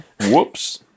Whoops